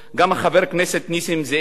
גם חבר הכנסת נסים זאב,